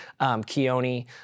Keone